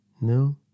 no